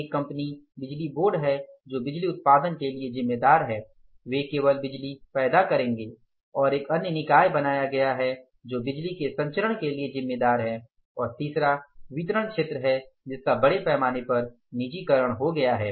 एक कंपनी बिजली बोर्ड है जो बिजली उत्पादन के लिए जिम्मेदार हैं वे केवल बिजली पैदा करेंगे और एक अन्य निकाय बनाया गया है जो बिजली के संचरण के लिए जिम्मेदार हैं और तीसरा वितरण क्षेत्र है जिसका बड़े पैमाने पर निजीकरण हो गया है